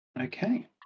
Okay